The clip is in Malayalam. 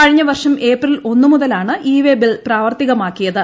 കഴിഞ്ഞ വർഷം ഏപ്രിൽ ഒന്നുമുതലാണ് ഈ വേ ബിൽ പ്രാവർത്തികമാക്കിയത്